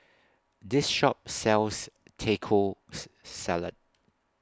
This Shop sells Tacos Salad